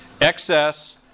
Excess